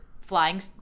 flying